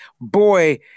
Boy